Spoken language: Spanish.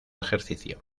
ejercicio